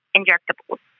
injectables